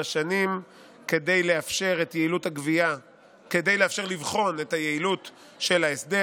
שנים כדי לאפשר לבחון את היעילות של ההסדר.